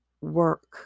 work